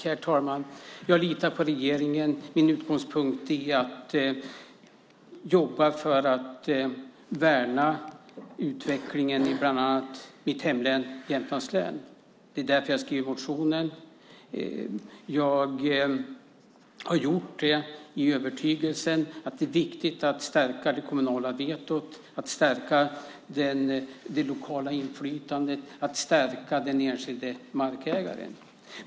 Herr talman! Jag litar på regeringen. Min utgångspunkt är att jobba för att värna utvecklingen i bland annat mitt hemlän Jämtlands län. Det är därför jag har skrivit motionen. Jag har gjort det i övertygelsen om att det är viktigt att stärka det kommunala vetot, att stärka det lokala inflytandet och att stärka den enskilde markägaren.